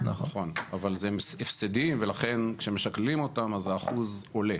אבל זה הפסדים ולכן כשמשקללים אותם אז האחוז עולה.